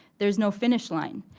there's no finish line.